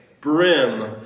brim